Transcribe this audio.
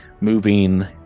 moving